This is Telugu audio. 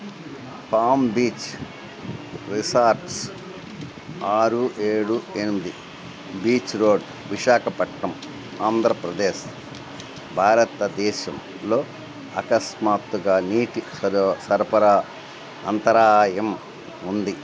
పామ్ బీచ్ రిసార్ట్స్ ఆరు ఏడు ఎనిమిది బీచ్ రోడ్ విశాఖపట్నం ఆంధ్రప్రదేశ్ భారతదేశంలో అకస్మాత్తుగా నీటి సరఫరా అంతరాయం ఉంది